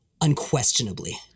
Unquestionably